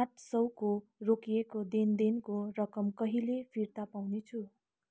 आठ सौको रोकिएको लेनदेनको रकम कहिले फिर्ता पाउनेछु